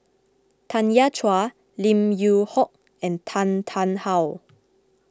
Tanya Chua Lim Yew Hock and Tan Tarn How